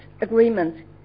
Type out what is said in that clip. agreement